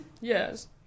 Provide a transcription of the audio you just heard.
Yes